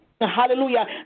Hallelujah